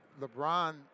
LeBron